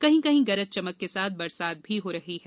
कहीं कहीं गरज चमक के साथ बरसात भी हो रही है